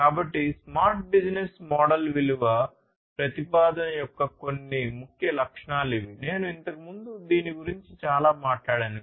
కాబట్టి smart business model విలువ ప్రతిపాదన యొక్క కొన్ని ముఖ్య లక్షణాలు ఇవి నేను ఇంతకు ముందు దీని గురించి చాలా మాట్లాడాను